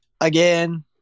Again